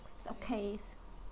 it's okays